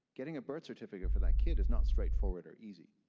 getting a birth certificate for that kid is not straightforward or easy.